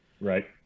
right